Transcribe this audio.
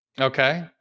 Okay